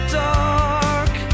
dark